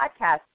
podcast